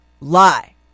lie